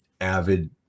avid